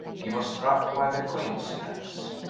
he was struck by the coincidence.